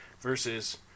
versus